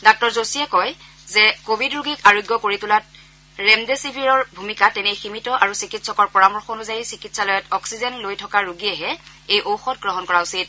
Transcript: ডাঃ যোশীয়ে কয় যে কোৱিড ৰোগীক আৰোগ কৰি তোলাত ৰেমডেচিভিৰ ভূমিকা তেনেই সীমিত আৰু চিকিৎসকৰ পৰামৰ্শ অনুযায়ী চিকিৎসালয়ত অক্সিজেন লৈ থকা ৰোগীয়েহে এই ঔষধ গ্ৰহণ কৰা উচিত